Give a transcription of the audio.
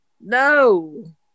No